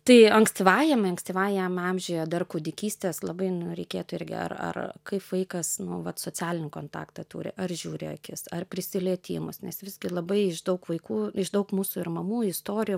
tai ankstyvajam ankstyvajam amžiuje dar kūdikystės labai reikėtų irgi ar ar kaip vaikas nu vat socialinį kontaktą turi ar žiūri akis ar prisilietimus nes visgi labai daug vaikų iš daug mūsų ir mamų istorijų